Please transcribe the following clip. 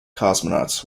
cosmonauts